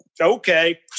Okay